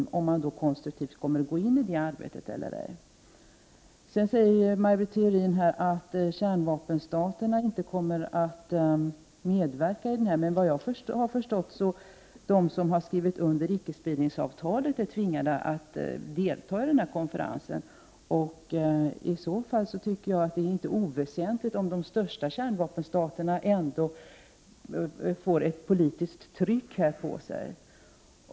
Kommer Sverige att konstruktivt gå in i det arbetet eller ej? Sedan säger Maj Britt Theorin att kärnvapenstaterna inte kommer att medverka i konferensen. Men såvitt jag förstår är de stater som har skrivit under icke-spridningsavtalet tvingade att delta i konferensen. I så fall är det inte oväsentligt om de största kärnvapenstaterna får ett politiskt tryck på sig.